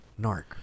NARC